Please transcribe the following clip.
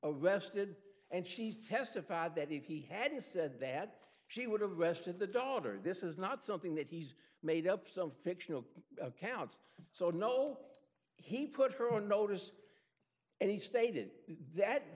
arrested and she's testified that if he hadn't said that she would have arrested the daughter this is not something that he's made up some fictional accounts so nolte he put her on notice and he stated that